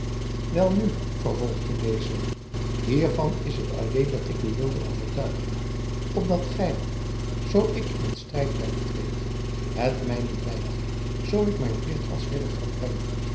welnu vervolgde deze hiervan is het alleen dat ik u wilde overtuigen opdat gij zoo ik in t strijdperk treed het mij niet wijt zoo ik mijn plicht als ridder volbreng